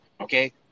okay